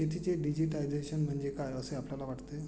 शेतीचे डिजिटायझेशन म्हणजे काय असे आपल्याला वाटते?